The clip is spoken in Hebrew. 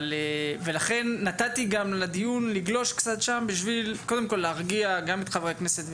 ולכן נתתי לדיון לגלוש קצת; קודם כל בשביל להרגיע את חברי הכנסת,